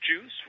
Juice